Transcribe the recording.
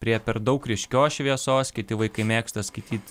prie per daug ryškios šviesos kiti vaikai mėgsta skaityt